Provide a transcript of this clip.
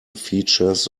features